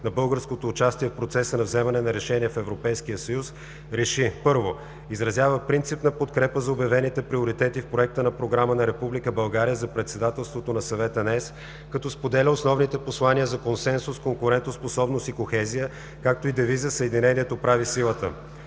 на българското участие в процеса на вземане на решения в Европейския съюз, РЕШИ: 1. Изразява принципна подкрепа за обявените приоритети в Проекта на Програма на Република България за председателството на Съвета на Европейския съюз, като споделя основните послания за консенсус, конкурентоспособност и кохезия, както и девиза „Съединението прави силата“.